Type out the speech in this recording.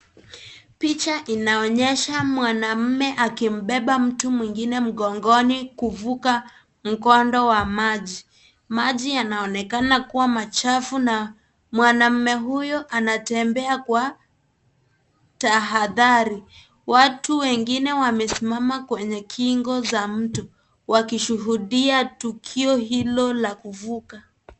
Picha linaonyesha mwanmme akimbeba mtu mwingine mgongoni kuvuka mkondo wa maji. Maji yanaonekana kuwa machafu na mwanamme huyo anatembea kwa tahadhari. Watu wengine wamesimama kwenye kingo za mto wakisuhudia tukio hilo la kuvuka.